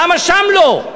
למה שם לא?